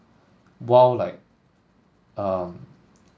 while like um